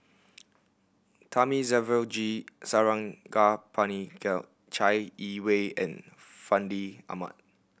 Thamizhavel G Sarangapani Chai Yee Wei and Fandi Ahmad